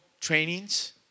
trainings